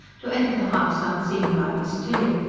to enter the house unseen by miss tilly.